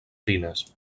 fines